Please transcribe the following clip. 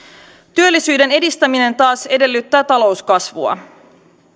työllisyyden edistäminen taas edellyttää talouskasvua